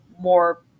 more